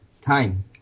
time